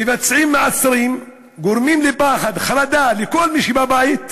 מבצעים מעצרים, גורמים לפחד, חרדה, לכל מי שבבית,